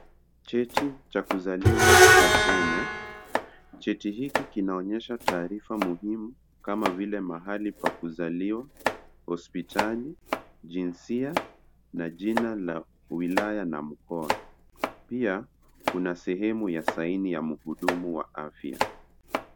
Cheti cha kuzaliwa cha Kenya. Cheti hiki kinaonyesha taarifa muhimu kama vile mahali pa kuzaliwa, hospitali, jinsia na jina la wilaya na mkoa. Pia kuna sehemu ya saini ya mhudumu wa afya.